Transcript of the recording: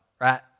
right